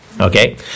okay